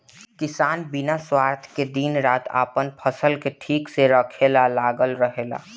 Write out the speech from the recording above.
किसान बिना स्वार्थ के दिन रात आपन फसल के ठीक से रखे ला लागल रहेला